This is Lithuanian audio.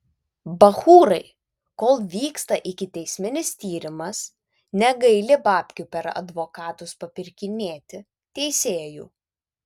bachūrai kol vyksta ikiteisminis tyrimas negaili babkių per advokatus papirkinėti teisėjų